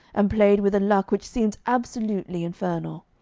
and played with a luck which seemed absolutely infernal.